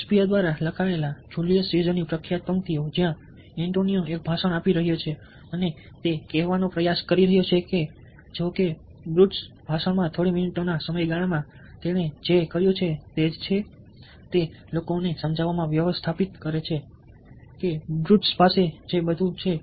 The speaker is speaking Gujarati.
શેક્સપિયર દ્વારા લખાયેલ જુલીસ સીઝર ની પ્રખ્યાત પંક્તિઓ જ્યાં એન્ટોનિયો એક ભાષણ આપી રહ્યો છે અને તે કહેવાનો પ્રયાસ કરી રહ્યો છે કે જો કે બ્રુટસ ભાષણમાં થોડી મિનિટોના સમયગાળામાં તેણે જે કર્યું છે તે જ છે તે લોકોને સમજાવવામાં વ્યવસ્થાપિત કરે છે કે બ્રુટસ પાસે જે બધું છે